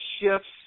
shifts